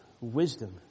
wisdom